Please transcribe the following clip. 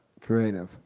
Creative